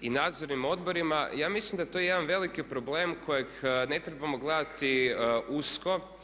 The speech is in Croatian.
i nadzornim odborima, ja mislim da je to jedan veliki problem kojeg ne trebamo gledati usko.